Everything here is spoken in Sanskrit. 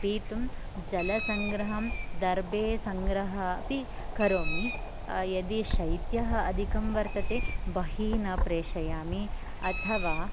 पीतुं जलसङ्ग्रहं दर्भसङ्ग्रहम् अपि करोमि यदि शैत्यम् अधिकं वर्तते बहिः न प्रेषयामि अथवा